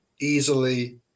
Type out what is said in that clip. easily